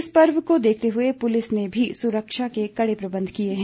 इस पर्व को देखते हए पुलिस ने भी सुरक्षा के कड़े प्रबंध किए हैं